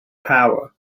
power